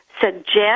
suggest